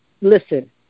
listen